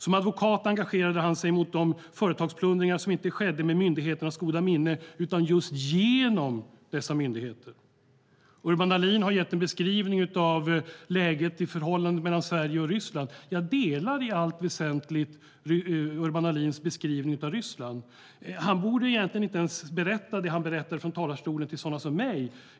Som advokat engagerade han sig mot de företagsplundringar som inte skedde med myndigheternas goda minne utan just genom dessa myndigheter. Urban Ahlin har gett en beskrivning av läget i förhållandet mellan Sverige och Ryssland. Jag delar i allt väsentligt Urban Ahlins beskrivning av Ryssland. Han borde egentligen inte ens berätta det han berättar från talarstolen till sådana som mig.